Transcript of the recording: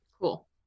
Cool